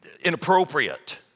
inappropriate